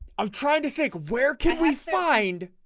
i'm trying to think where can we find?